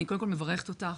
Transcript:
אני קודם כל מברכת אותך,